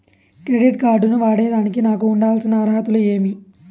Credit card ను వాడేదానికి నాకు ఉండాల్సిన అర్హతలు ఏమి?